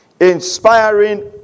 Inspiring